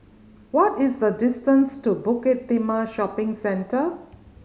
what is the distance to Bukit Timah Shopping Centre